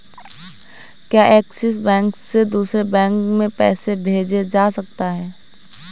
क्या Axis Bank से दूसरे बैंक में पैसे भेजे जा सकता हैं?